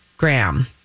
Graham